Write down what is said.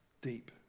deep